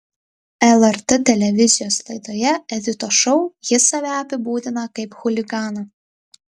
lrt televizijos laidoje editos šou jis save apibūdina kaip chuliganą